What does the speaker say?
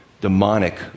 demonic